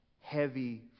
heavy